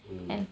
mm